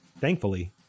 Thankfully